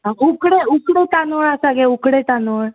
आं उकडे उकडे तांदूळ आसा गे उकडे तांदळ